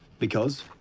because?